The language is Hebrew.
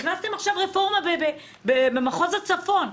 הכנסתם עכשיו רפורמה במחוז הצפון,